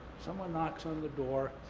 someone knocks on the door,